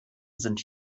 sind